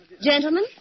Gentlemen